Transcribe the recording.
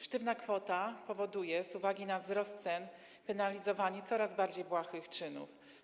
Sztywna kwota powoduje - z uwagi na wzrost cen - penalizowanie coraz bardziej błahych czynów.